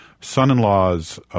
son-in-law's